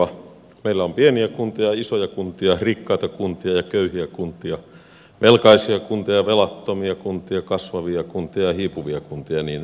meillä on pieniä kuntia isoja kuntia rikkaita kuntia ja köyhiä kuntia velkaisia kuntia ja velattomia kuntia kasvavia kuntia ja hiipuvia kuntia ja niin edelleen